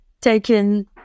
taken